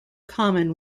common